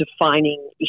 defining